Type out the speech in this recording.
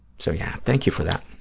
so, yeah, thank you for that.